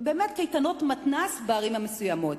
באמת קייטנות מתנ"ס בערים המסוימות.